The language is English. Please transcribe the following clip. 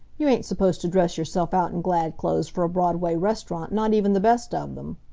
you ain't supposed to dress yourself out in glad clothes for a broadway restaurant, not even the best of them.